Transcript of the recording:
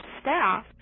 staff